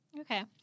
Okay